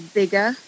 bigger